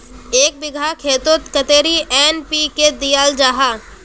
एक बिगहा खेतोत कतेरी एन.पी.के दियाल जहा?